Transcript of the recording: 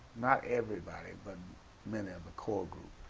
not everybody but many of the core group.